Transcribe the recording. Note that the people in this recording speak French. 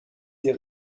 des